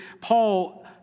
Paul